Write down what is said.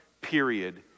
period